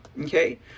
okay